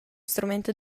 strumento